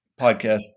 podcast